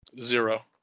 Zero